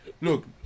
look